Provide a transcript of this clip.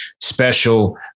special